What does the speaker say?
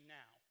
now